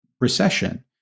recession